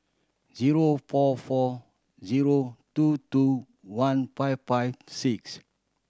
zero four four zero two two one five five six